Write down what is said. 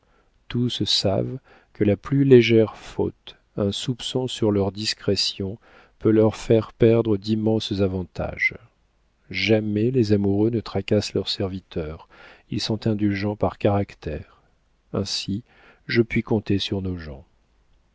tous savent que la plus légère faute un soupçon sur leur discrétion peut leur faire perdre d'immenses avantages jamais les amoureux ne tracassent leurs serviteurs ils sont indulgents par caractère ainsi je puis compter sur nos gens